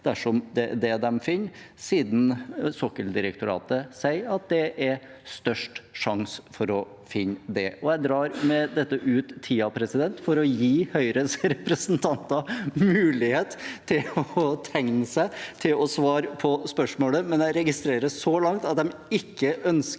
dersom det er det de finner, siden Sokkeldirektoratet sier at det er størst sjanse for å finne det. Jeg drar med dette ut tiden, for å gi Høyres representanter mulighet til å tegne seg til å svare på spørsmålet, men jeg registrerer så langt at de ikke ønsker